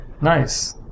Nice